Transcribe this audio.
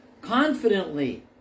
confidently